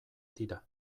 tira